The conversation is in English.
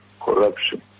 corruption